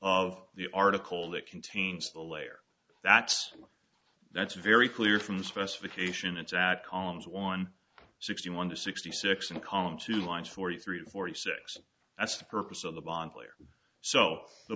of the article that contains a layer that's that's very clear from the specification it's out columns on sixty one to sixty six and column two lines forty three forty six that's the purpose of the bonfire so the